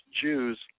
Jews